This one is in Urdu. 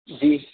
جی